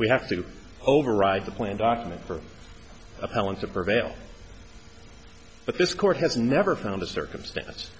we have to override the plan documents for appellant to prevail but this court has never found a circumstance